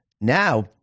Now